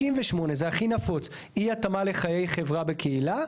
58, זה הכי נפוץ - אי התאמה לחיי חברה בקילה.